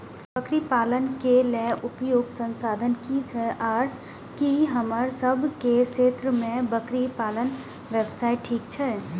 बकरी पालन के लेल उपयुक्त संसाधन की छै आर की हमर सब के क्षेत्र में बकरी पालन व्यवसाय ठीक छै?